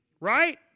right